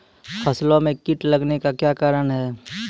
फसलो मे कीट लगने का क्या कारण है?